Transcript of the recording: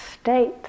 state